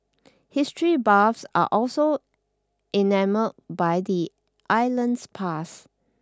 history buffs are also enamoured by the island's past